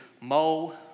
Mo